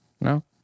No